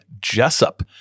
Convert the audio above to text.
jessup